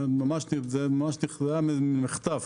זה היה מחטף,